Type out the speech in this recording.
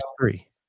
three